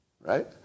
right